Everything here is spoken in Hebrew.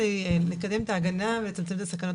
כדי לקדם את ההגנה ולצמצם את הסכנות